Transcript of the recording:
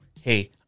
hey